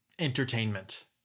entertainment